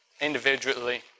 individually